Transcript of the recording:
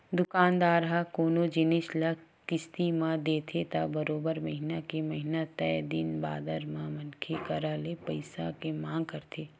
दुकानदार ह कोनो जिनिस ल किस्ती म देथे त बरोबर महिना के महिना तय दिन बादर म मनखे करा ले पइसा के मांग करथे